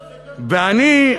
ואני,